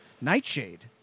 Nightshade